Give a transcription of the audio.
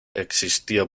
existió